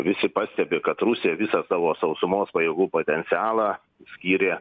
visi pastebi kad rusija visą savo sausumos pajėgų potencialą skyrė